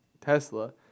Tesla